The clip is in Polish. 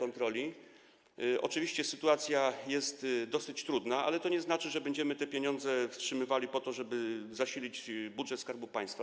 Oczywiście sytuacja jest dosyć trudna, ale to nie znaczy, że będziemy wypłatę tych pieniędzy wstrzymywali po to, żeby zasilić budżet Skarbu Państwa.